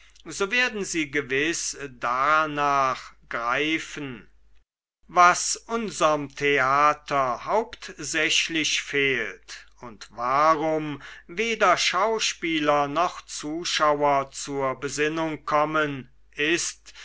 so werden sie gewiß darnach greifen was unserm theater hauptsächlich fehlt und warum weder schauspieler noch zuschauer zur besinnung kommen ist